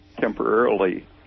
temporarily